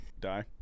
die